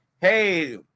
hey